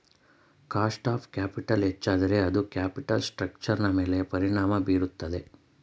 cost of capital ಹೆಚ್ಚಾದರೆ ಅದು capital ಸ್ಟ್ರಕ್ಚರ್ನ ಮೇಲೆ ಪರಿಣಾಮ ಬೀರುತ್ತದೆ